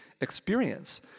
experience